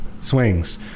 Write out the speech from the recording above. swings